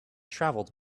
travelled